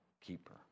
keeper